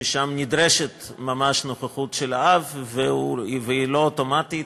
שאז נדרשת ממש נוכחות של האב, והיא לא אוטומטית